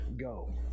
go